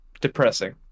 depressing